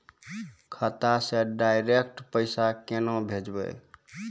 खाता से डायरेक्ट पैसा केना भेजबै?